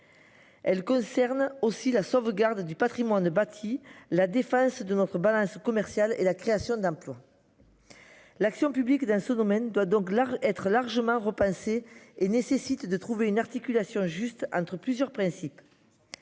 Elle concerne aussi la sauvegarde du Patrimoine bâti la défense de notre balance commerciale et la création d'emplois. L'action publique d'un sous-domaine doit donc être largement repenser et nécessite de trouver une articulation juste entre plusieurs principes.